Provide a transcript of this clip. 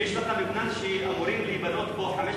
אם יש לך מתחם שאמורות להיבנות בו 500